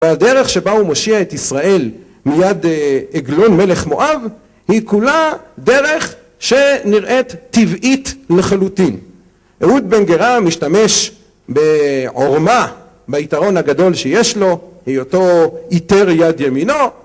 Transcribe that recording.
והדרך שבה הוא מושיע את ישראל מיד עגלון מלך מואב, היא כולה דרך שנראית טבעית לחלוטין. אהוד בן גרא משתמש בעורמה ביתרון הגדול שיש לו, היותו איטר יד ימינו.